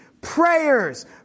prayers